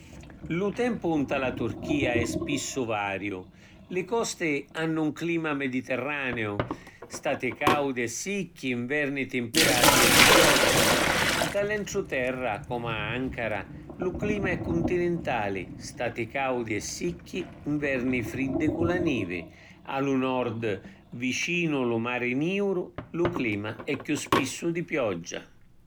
Lu tempu nta la Turchia è spissu variu. Li costi hannu ‘n clima mediterraneu: stati caudi e sicchi, nverni timpirati e di pioggia. Nta l’entruterra, comu a Ankara, lu clima è cuntinintali: stati caudi e sicchi, nverni friddi cu la nivi. A lu Nord, vicinu lu Mari Niuru, lu clima è chiù spissu di pioggia.